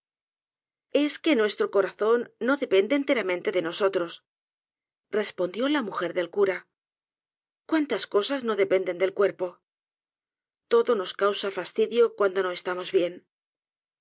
es que nuestro corazón no depende enteramente de nosotros respondió la mujer del cura cuantas cosas no dependen del cuerpo todo nos causa fastidio cuando no estamos bien